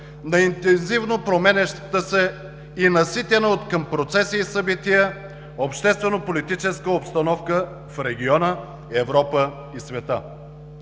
на интензивно променящата се и наситена откъм процеси и събития обществено-политическа обстановка в региона, Европа и света.